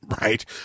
right